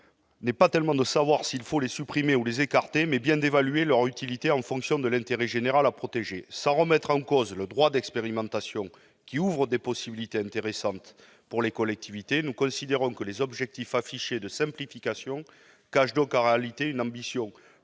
non pas tellement de savoir s'il faut les supprimer ou les écarter, mais bien d'évaluer leur utilité en fonction de l'intérêt général à protéger. Sans remettre en cause le droit d'expérimentation, qui ouvre des possibilités intéressantes pour les collectivités, nous considérons que les objectifs affichés de simplification cachent en réalité une ambition